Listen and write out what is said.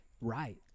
right